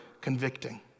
convicting